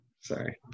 Sorry